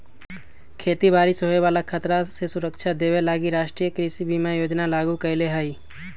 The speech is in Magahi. खेती बाड़ी से होय बला खतरा से सुरक्षा देबे लागी राष्ट्रीय कृषि बीमा योजना लागू कएले हइ